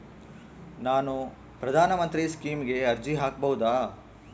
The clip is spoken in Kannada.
ನಾನು ಪ್ರಧಾನ ಮಂತ್ರಿ ಸ್ಕೇಮಿಗೆ ಅರ್ಜಿ ಹಾಕಬಹುದಾ?